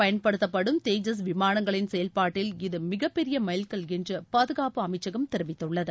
பயன்படுத்தப்படும் தேஜஸ் விமானங்களின் செயல்பாட்டில் கடற்படையில் இது மிகப்பெரியமைல்கல் என்றுபாதுகாப்பு அமைச்சகம் தெரிவித்துள்ளது